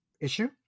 issue